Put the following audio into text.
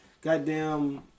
Goddamn